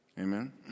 Amen